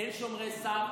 אין שומרי סף,